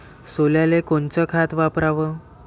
सोल्याले कोनचं खत वापराव?